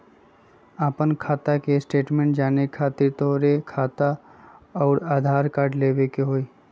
आपन खाता के स्टेटमेंट जाने खातिर तोहके खाता अऊर आधार कार्ड लबे के होइ?